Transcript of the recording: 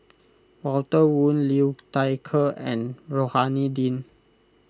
Walter Woon Liu Thai Ker and Rohani Din